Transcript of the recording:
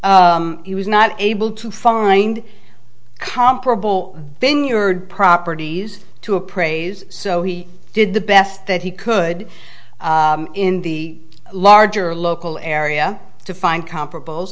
not he was not able to find comparable vineyard properties to appraise so he did the best that he could in the larger local area to find comparable